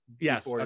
Yes